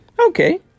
Okay